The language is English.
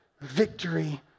victory